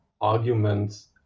arguments